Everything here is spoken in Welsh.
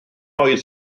oedd